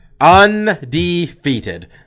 Undefeated